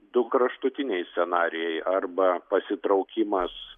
du kraštutiniai scenarijai arba pasitraukimas